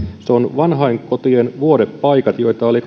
se on vanhainkotien vuodepaikat joita oli